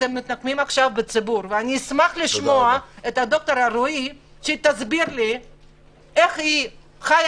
אתם מתנקמים עכשיו בציבור אשמח שד"ר אלרעי תסביר לי איך היא חיה